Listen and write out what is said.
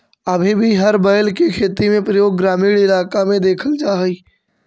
अभी भी हर बैल के खेती में प्रयोग ग्रामीण इलाक में देखल जा हई